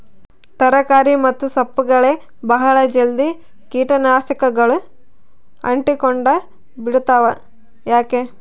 ತರಕಾರಿ ಮತ್ತು ಸೊಪ್ಪುಗಳಗೆ ಬಹಳ ಜಲ್ದಿ ಕೇಟ ನಾಶಕಗಳು ಅಂಟಿಕೊಂಡ ಬಿಡ್ತವಾ ಯಾಕೆ?